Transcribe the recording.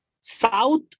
South